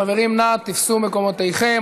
חברים, נא תפסו את מקומותיכם.